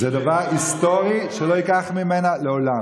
זה דבר היסטורי, שלא יילקח ממנה לעולם.